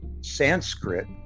sanskrit